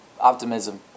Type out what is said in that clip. optimism